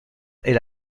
est